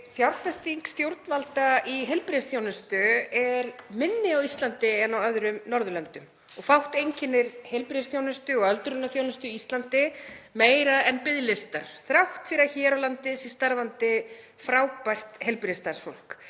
Fjárfesting stjórnvalda í heilbrigðisþjónustu er minni á Íslandi en á öðrum Norðurlöndum. Fátt einkennir heilbrigðisþjónustu og öldrunarþjónustu á Íslandi meira en biðlistar þrátt fyrir að hér á landi sé starfandi frábært heilbrigðisstarfsfólk.